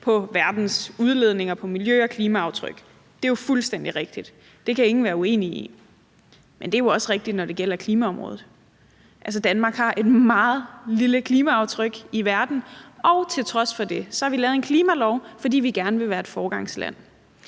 på verdens udledninger og på miljø- og klimaaftryk. Det er jo fuldstændig rigtigt. Det kan ingen være uenig i. Men det er jo også rigtigt, når det gælder klimaområdet. Altså, Danmark har et meget lille klimaaftryk i verden, og til trods for det har vi lavet en klimalov, fordi vi gerne vil være et foregangsland.